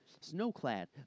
Snow-clad